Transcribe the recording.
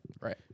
Right